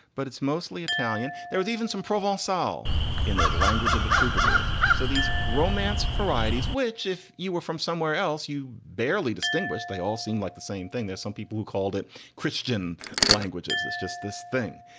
but it's mostly italian. there was even some provencal so in there, the language of the troubadours. so these romance varieties, which if you were from somewhere else, you barely distinguished, they all seemed like the same thing. there's some people who called it christian languages. it's just this thing.